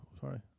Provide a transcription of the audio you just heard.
Sorry